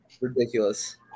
Ridiculous